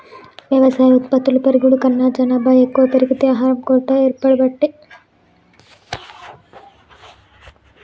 వ్యవసాయ ఉత్పత్తులు పెరుగుడు కన్నా జనాభా ఎక్కువ పెరిగి ఆహారం కొరత ఏర్పడబట్టే